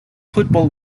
football